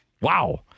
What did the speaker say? Wow